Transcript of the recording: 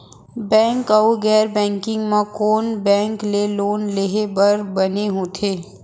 Bank अऊ गैर banking म कोन बैंक ले लोन लेहे बर बने होथे?